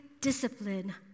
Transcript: discipline